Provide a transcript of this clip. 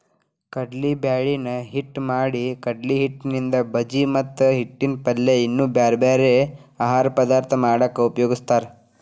ಕಡ್ಲಿಬ್ಯಾಳಿನ ಹಿಟ್ಟ್ ಮಾಡಿಕಡ್ಲಿಹಿಟ್ಟಿನಿಂದ ಬಜಿ ಮತ್ತ ಹಿಟ್ಟಿನ ಪಲ್ಯ ಇನ್ನೂ ಬ್ಯಾರ್ಬ್ಯಾರೇ ಆಹಾರ ಪದಾರ್ಥ ಮಾಡಾಕ ಉಪಯೋಗಸ್ತಾರ